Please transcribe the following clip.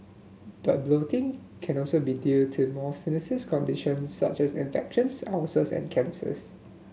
but bloating can also be due to more sinister conditions such as infections ulcers and cancers